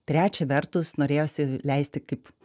trečia vertus norėjosi leisti kaip